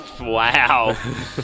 Wow